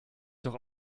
doch